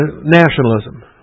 nationalism